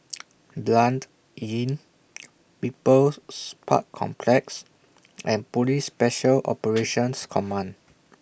Blanc Inn People's Park Complex and Police Special Operations Command